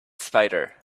spider